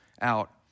out